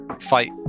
fight